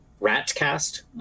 Ratcast